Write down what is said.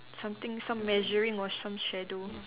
something some measuring or some shadow